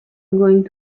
going